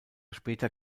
später